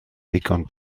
ddigon